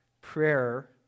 Prayer